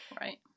right